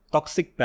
Toxic